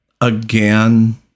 again